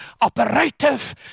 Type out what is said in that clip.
operative